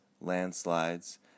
landslides